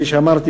כפי שאמרתי,